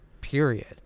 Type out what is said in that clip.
period